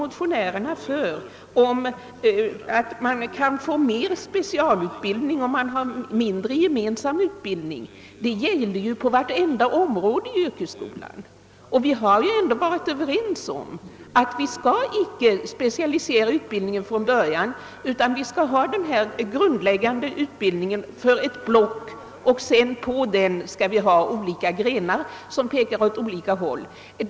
Motionärernas resonemang, att man kan få till stånd mer specialutbildning om man har mindre gemensam utbildning gäller på vartenda område i yrkesskolan. Vi har dock varit överens om att utbildningen inte skall specialiseras från början; utan att det skall finnas en grundläggande utbildning för varje block med grenar som pekar åt olika håll.